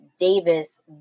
Davis